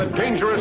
dangerous